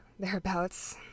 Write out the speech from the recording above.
thereabouts